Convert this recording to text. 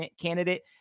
candidate